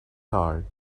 heart